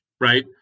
Right